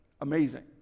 amazing